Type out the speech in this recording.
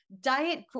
diet